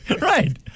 Right